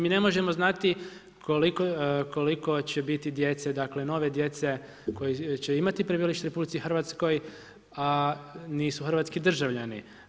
Mi ne možemo koliko će biti djece dakle, nove djece koji će imati prebivalište u RH, a nisu hrvatski državljani.